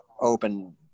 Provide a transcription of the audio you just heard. open